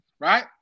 right